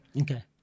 okay